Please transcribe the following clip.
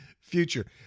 future